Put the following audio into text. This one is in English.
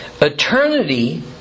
Eternity